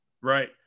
Right